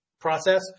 process